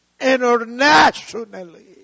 internationally